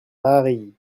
paris